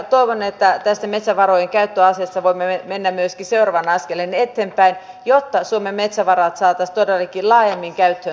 toivon että tästä metsävarojen käyttöasiasta voimme mennä myöskin seuraavan askeleen eteenpäin jotta suomen metsävarat saataisiin todellakin laajemmin käyttöön